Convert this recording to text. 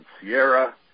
Sierra